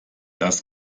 das